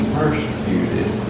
persecuted